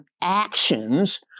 actions